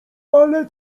ale